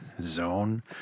Zone